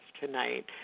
tonight